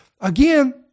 Again